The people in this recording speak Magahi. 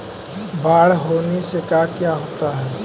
बाढ़ होने से का क्या होता है?